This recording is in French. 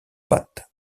pattes